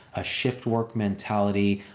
a shift work mentality,